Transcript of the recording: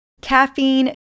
caffeine